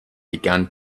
began